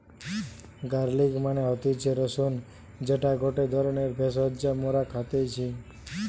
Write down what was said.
garlic মানে হতিছে রসুন যেটা গটে ধরণের ভেষজ যা মরা খাইতেছি